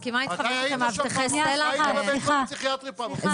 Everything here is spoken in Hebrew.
מתי היית בבית חולים פסיכיאטרי פעם אחרונה?